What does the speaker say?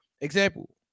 Example